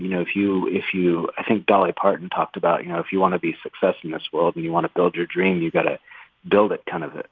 you know if you if you think dolly parton talked about, you know, if you want to be success in this world and you want to build your dream, you've got to build it kind of.